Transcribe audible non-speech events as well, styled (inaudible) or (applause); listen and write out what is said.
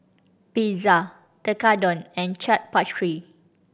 Pizza Tekkadon and Chaat (unintelligible)